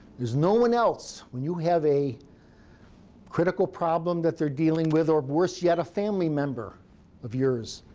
there's no one else when you have a critical problem that they're dealing with, or worse yet, a family member of yours.